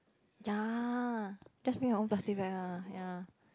ya just bring your own plastic bag lah ya